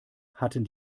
hatten